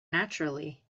naturally